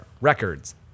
records